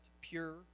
pure